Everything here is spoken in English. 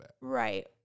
Right